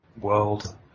world